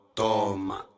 toma